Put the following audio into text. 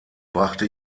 brachte